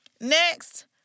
Next